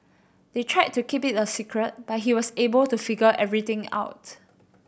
they tried to keep it a secret but he was able to figure everything out